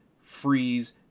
freeze